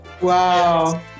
Wow